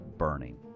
burning